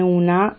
una